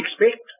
expect